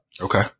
Okay